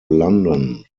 london